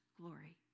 glory